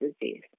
disease